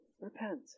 repent